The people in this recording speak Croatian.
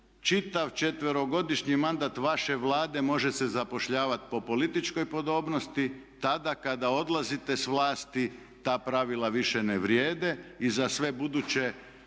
čitav 4-godišnji mandat vaše Vlade može se zapošljavati po političkoj podobnosti, tada kada odlazite sa vlasti ta pravila više ne vrijede i za sve buduće